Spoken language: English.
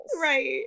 right